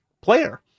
player